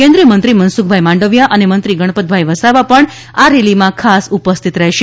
કેન્દ્રીય મંત્રી મનસુખભાઇ માંડવીયા અને મંત્રી ગણપતભાઇ વસાવા પણ આ રેલીમાં ખાસ ઉપસ્થિત રહેશે